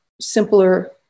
simpler